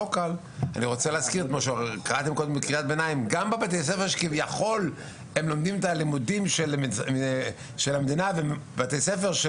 בבתי הספר במזרח העיר שכביכול לומדים את התכנית של